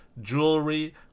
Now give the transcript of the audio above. jewelry